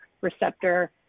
receptor